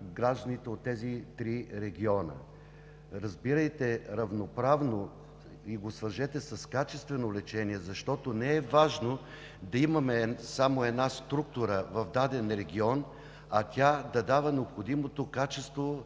до качествено лечение – разбирайте равноправно, и го свържете с качествено лечение. Защото не е важно да имаме само една структура в даден регион, а тя да дава необходимото качество